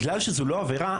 בגלל שזו לא עבירה,